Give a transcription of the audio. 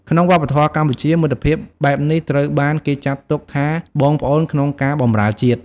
ក្នុងវប្បធម៌កម្ពុជា មិត្តភាពបែបនេះត្រូវបានគេចាត់ទុកថា “បងប្អូនក្នុងការបម្រើជាតិ”។